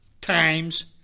times